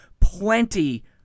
plenty